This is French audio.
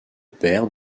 père